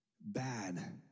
Bad